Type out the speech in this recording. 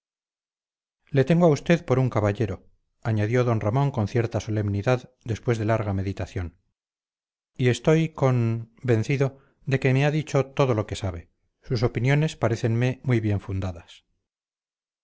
le tengo a usted por un caballero añadió d ramón con cierta solemnidad después de larga meditación y estoy con vencido de que me ha dicho todo lo que sabe sus opiniones parécenme muy bien fundadas